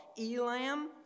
Elam